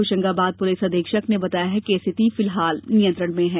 Hoshangabad police अधीक्षक ने बताया कि स्थित फिलहाल नियंत्रण में है